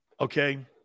Okay